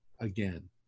again